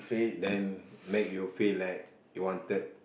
then make you feel like you wanted